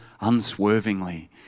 unswervingly